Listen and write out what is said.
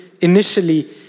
initially